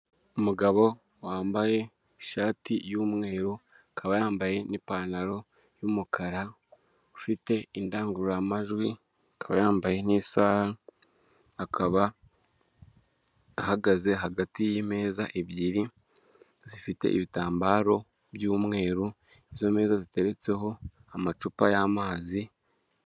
Umugabo wambaye ishati y’umweru akaba yambaye n'ipantaro y’umukara ifite indangururamajwi akaba yambaye n’isaha akaba ahagaze hagati y’imeza ebyiri zifite ibitambaro by’umweru n’imeza ziteretseho amacupa y’amazi.